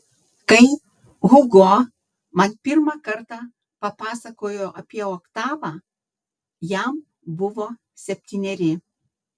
kai hugo man pirmą kartą papasakojo apie oktavą jam buvo septyneri